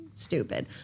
Stupid